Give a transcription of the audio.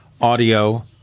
audio